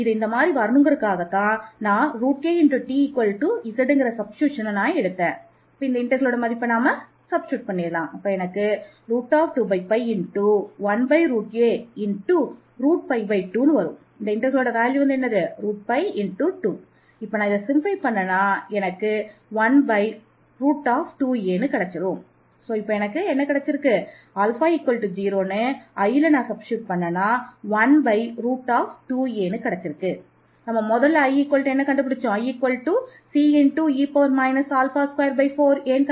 இதன் மதிப்பை நாம் கண்டுபிடிக்க வேண்டும்